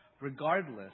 regardless